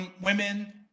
women